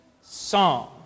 song